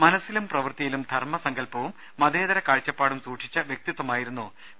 മനസിലും പ്രവൃത്തിയിലും ധർമസങ്കൽപ്പവും മതേതര കാഴ്ചപ്പാടുകളും സൂക്ഷിച്ച വ്യക്തിത്വമായിരുന്നു പി